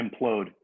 implode